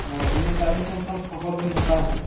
ᱚ ᱤᱱᱟᱹᱛᱮ ᱟᱹᱞᱤᱧ ᱴᱷᱮᱱ ᱠᱷᱚᱱ ᱠᱷᱚᱵᱚᱨ ᱵᱮᱱ ᱦᱟᱛᱟᱣ ᱮᱫᱟ